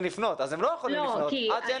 לפנות אבל הם לא יכולים לפנות עד שאין מתווה.